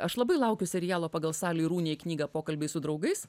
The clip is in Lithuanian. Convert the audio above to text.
aš labai laukiu serialo pagal sali runei knygą pokalbiai su draugais